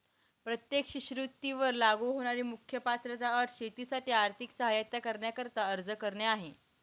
प्रत्येक शिष्यवृत्ती वर लागू होणारी मुख्य पात्रता अट शेतीसाठी आर्थिक सहाय्यता करण्याकरिता अर्ज करणे आहे